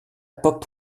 pop